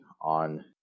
on